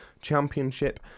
championship